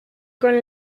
con